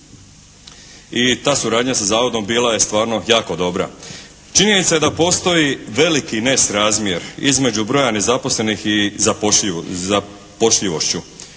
i ta suradnja sa zavodom bila je stvarno jako dobra. Činjenica je da postoji veliki nesrazmjer između broja nezaposlenih i zapošljivošću.